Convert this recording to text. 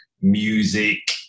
music